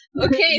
Okay